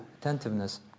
attentiveness